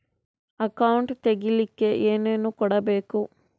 Account ತೆಗಿಲಿಕ್ಕೆ ಏನೇನು ಕೊಡಬೇಕು?